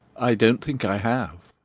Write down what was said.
i don't think i have,